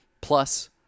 Plus